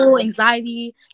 anxiety